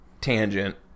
tangent